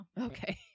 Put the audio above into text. Okay